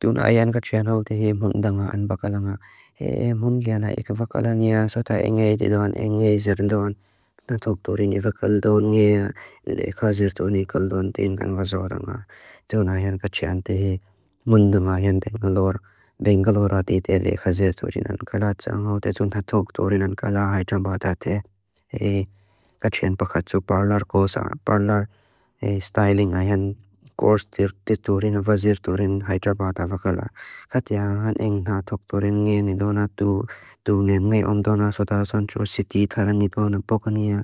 Duna aian gacian halde hei mundanga an bakalanga. Hei mund gana eke bakalania. Sota enge edidon, enge izirdon. Na tokturini bakaldon, enge lekha izirdon ikaldon. Tengan vazodanga. Duna aian gacian the hei mundam aian bengalor. Bengalor atite lekha izirdodin an kalatsa. Ngaute tunta tokturini an kalaha itan badate. Hei gacian bakatsu parlar, gosa parlar. Hei styling aian gors diturin, vazir turin. Haidrapata bakala. Gacian han enga tokturini enge edidona. Duna enge omdona, sota soncho, siti taran edidona, pokania.